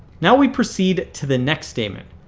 now we proceed to the next statement.